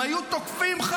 אם היו תוקפים אתכם,